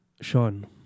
Sean